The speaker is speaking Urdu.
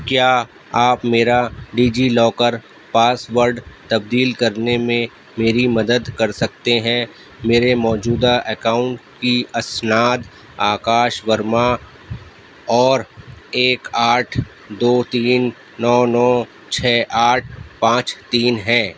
کیا آپ میرا ڈیجی لاکر پاس ورڈ تبدیل کرنے میں میری مدد کر سکتے ہیں میرے موجودہ اکاؤنٹ کی اسناد آکاش ورما اور ایک آٹھ دو تین نو نو چھ آٹھ پانچ تین ہیں